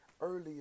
earlier